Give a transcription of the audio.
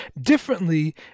differently